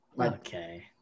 Okay